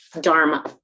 Dharma